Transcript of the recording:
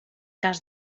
cas